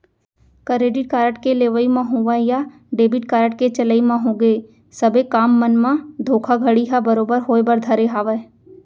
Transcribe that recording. credit card के लेवई म होवय या डेबिट कारड के चलई म होगे सबे काम मन म धोखाघड़ी ह बरोबर होय बर धरे हावय